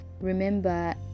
remember